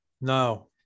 No